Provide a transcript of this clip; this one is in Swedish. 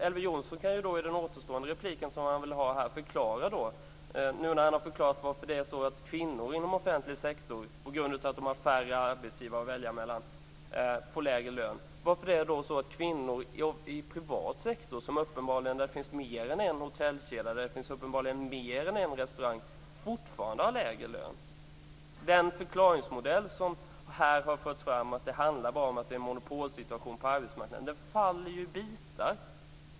Elver Jonsson kan i sin återstående replik förklara varför kvinnor inom offentlig sektor - på grund av färre arbetsgivare - får lägre lön. Varför får kvinnor i privat sektor, där det uppenbarligen finns mer än en hotellkedja eller restaurang, fortfarande lägre lön? Den förklaringsmodell som här har förts fram om att det bara handlar om en monopolsituation på arbetsmarknaden faller ju i bitar.